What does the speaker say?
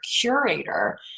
curator